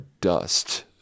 dust